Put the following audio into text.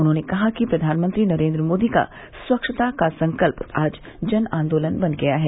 उन्होंने कहा कि प्रधानमंत्री नरेन्द्र मोदी का स्वच्छता का संकल्प आज जन आन्दोलन बन गया है